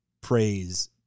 praise